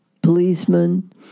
policemen